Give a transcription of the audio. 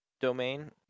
domain